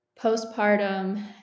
postpartum